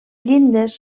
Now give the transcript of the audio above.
llindes